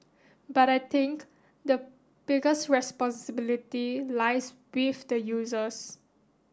but I think the biggest responsibility lies with the users